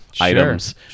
items